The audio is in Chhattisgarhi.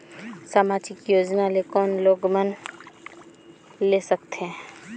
समाजिक योजना कोन लोग मन ले सकथे?